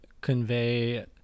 convey